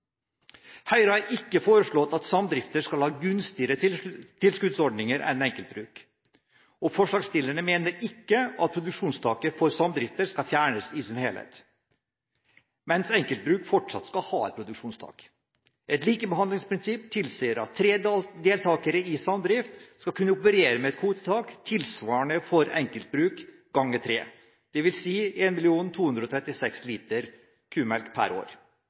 Høyre har ikke foreslått at samdrifter skal ha gunstigere tilskuddsordninger enn enkeltbruk, og forslagsstillerne mener ikke at produksjonstaket for samdrifter skal fjernes i sin helhet, mens enkeltbruk fremdeles skal ha et produksjonstak. Et likebehandlingsprinsipp tilsier at tre deltakere i samdrift skal kunne operere med et kvotetak tilsvarende det for enkeltbruk ganger tre, dvs. 1 236 000 liter kumelk per år.